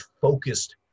focused